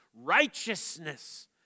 Righteousness